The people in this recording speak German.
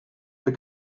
für